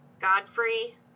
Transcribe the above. Godfrey